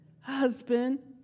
husband